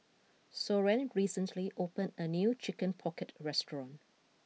Soren recently opened a new Chicken Pocket restaurant